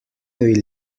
will